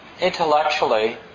intellectually